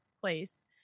place